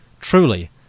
Truly